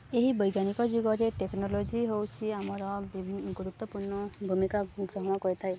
ଏହି ବୈଜ୍ଞାନିକ ଯୁଗରେ ଟେକ୍ନୋଲୋଜି ହେଉଛି ଆମର ଗୁରୁତ୍ୱପୂର୍ଣ୍ଣ ଭୂମିକା ଗ୍ରହଣ କରିଥାଏ